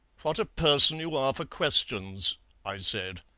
what a person you are for questions i said.